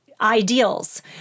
ideals